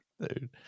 dude